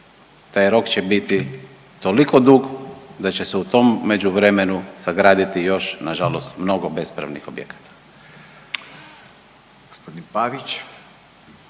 taj rok će biti toliko dug da će se u tom međuvremenu sagraditi još nažalost mnogo bespravnih objekata.